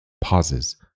pauses